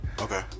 Okay